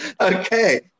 Okay